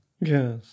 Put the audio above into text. Yes